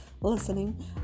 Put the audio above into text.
listening